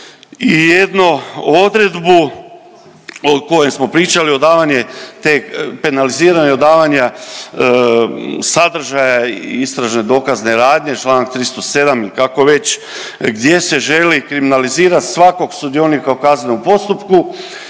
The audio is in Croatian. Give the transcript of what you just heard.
i jednu odredbu o kojoj smo pričali odavanje te, penaliziranje odavanja sadržaja istražne dokazne radnje članak 307. i kako već gdje se želi kriminalizirati svakog sudionika u kaznenom postupku